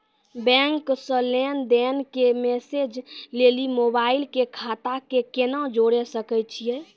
Bank से लेंन देंन के मैसेज लेली मोबाइल के खाता के केना जोड़े सकय छियै?